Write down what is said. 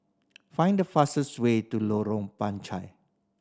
find the fastest way to Lorong Panchar